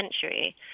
century